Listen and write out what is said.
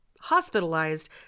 hospitalized